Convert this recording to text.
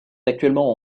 actuellement